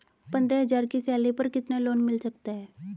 पंद्रह हज़ार की सैलरी पर कितना लोन मिल सकता है?